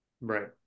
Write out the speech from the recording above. Right